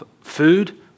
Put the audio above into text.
food